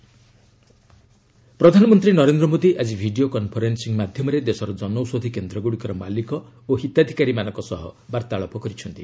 PM କନୌଷଧି ପ୍ରଧାନମନ୍ତ୍ରୀ ନରେନ୍ଦ୍ର ମୋଦି ଆଜି ଭିଡ଼ିଓ କନ୍ଫରେନ୍ଦିଂ ମାଧ୍ୟମରେ ଦେଶର ଜନୌଷଧି କେନ୍ଦ୍ରଗୁଡ଼ିକର ମାଲିକ ଓ ହିତାଧିକାରୀମାନଙ୍କ ସହ ବାର୍ଭାଳାପ କରିଛନ୍ତି